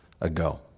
ago